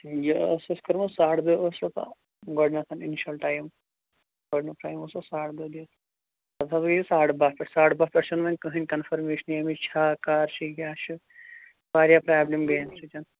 یہِ ٲس اَسہِ کٔرمٕژ ساڑٕ دٔہ ٲس اوٚتام گۄڈنیٚتھ اِنشَل ٹایِم گۄڈنِیُٛک ٹایِم اوس اَتھ ساڑٕ دٔہ دِتھ پتہٕ حظ گٔے یہِ أسۍ ساڑ باہ پیٚٹھٕ ساڑ باہ پیٚٹھٕ چھُنہٕ وۅنۍ کٕہٕنٛۍ کَنفٔرمیشَنٕے اَمِچ چھا کَر چھِ یہِ کیٛاہ چھِ واریاہ پرٛابلِم گٔے اَمہِ سۭتۍ